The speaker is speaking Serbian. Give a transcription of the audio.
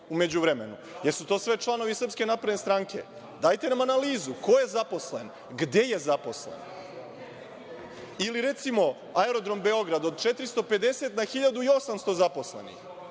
međuvremenu. Jesu li sve to članovi SNS? Dajte nam analizu. Ko je zaposlen? Gde je zaposlen? Ili recimo Aerodrom Beograd, od 450 na 1.800 zaposlenih.